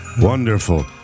wonderful